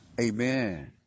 Amen